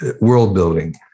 world-building